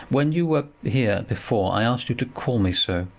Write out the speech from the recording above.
when you were here before i asked you to call me so,